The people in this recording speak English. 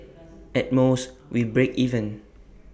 at most we break even